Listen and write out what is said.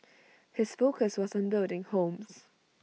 his focus was on building homes